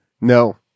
No